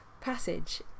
passage